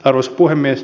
arvoisa puhemies